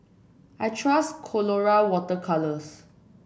I trust Colora Water Colours